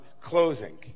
closing